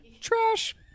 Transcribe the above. Trash